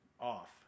off